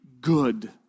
good